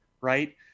Right